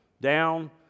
Down